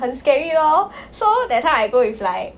很 scary lor so that time I go with like